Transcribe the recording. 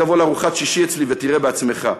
תבוא לארוחת שישי אצלי ותראה בעצמך.